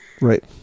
Right